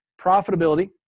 Profitability